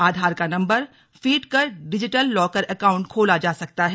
आधार का number feed कर digital locker account खोला जा सकता है